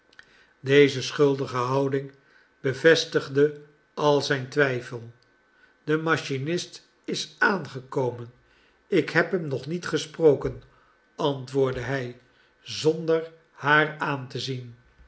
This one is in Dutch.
deze schuldige houding bevestigde al zijn twijfel de machinist is aangekomen ik heb hem nog niet gesproken antwoordde hij zonder haar aan te zien